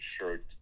shirt